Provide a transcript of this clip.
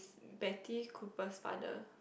Betty-Cooper's father